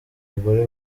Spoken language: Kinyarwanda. bagore